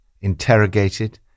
interrogated